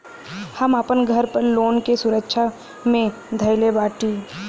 हम आपन घर लोन के सुरक्षा मे धईले बाटी